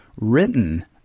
written